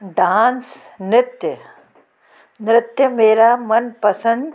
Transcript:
dance नृत्य नृत्य मेरा मनपसंद